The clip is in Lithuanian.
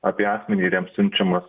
apie asmenį ir jam siunčiamas